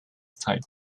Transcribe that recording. type